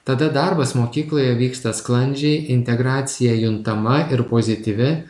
tada darbas mokykloje vyksta sklandžiai integracija juntama ir pozityvi